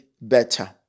better